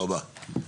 תודה רבה.